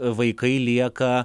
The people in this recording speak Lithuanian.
vaikai lieka